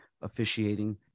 officiating